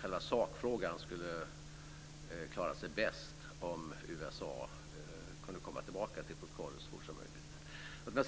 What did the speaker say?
själva sakfrågan skulle klara sig bäst om USA kunde komma tillbaka till protokollet så fort som möjligt.